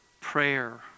prayer